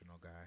guy